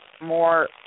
More